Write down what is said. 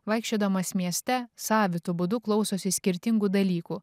vaikščiodamas mieste savitu būdu klausosi skirtingų dalykų